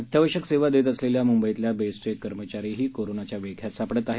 अत्यावश्यक सेवा देताना मुंबईतले बेस्टचे कर्मचारी कोरोनाच्या विळख्यात सापडत आहेत